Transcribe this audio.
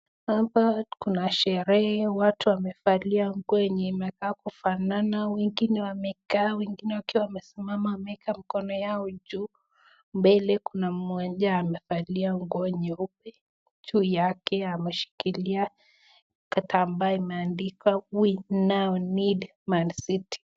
Hapa kuna sherehe, watu wamevalia nguo yenye inakaa kufanana, wengine wamekaa wengine wakiwa wamesimama wameeka mikono yao juu, mbele kuna mmoja amevalia nguo nyeupe, juu yake ameshikilia kitambaa imeandikwa WE NOW NEED MANCITY .